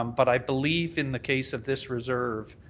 um but i believe in the case of this reserve,